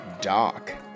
Doc